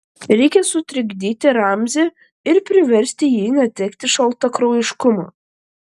reikia sutrikdyti ramzį ir priversti jį netekti šaltakraujiškumo